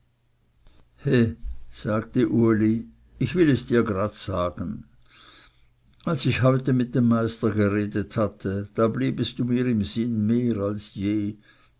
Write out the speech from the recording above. he sagte uli ich will es dir grad sagen als ich heute mit dem meister geredet hatte da bliebest du mir im sinn mehr als je